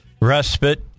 respite